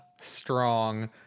strong